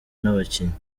n’abakinnyi